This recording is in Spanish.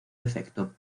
defecto